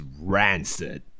rancid